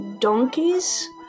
donkeys